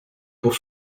pour